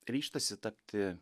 ryžtasi tapti